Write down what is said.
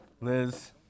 Liz